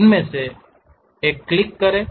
उनमें से एक पर क्लिक करें